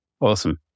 Awesome